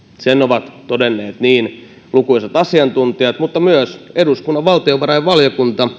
sen ovat todenneet lukuisat asiantuntijat mutta myös eduskunnan valtiovarainvaliokunta